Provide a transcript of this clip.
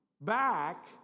back